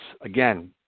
again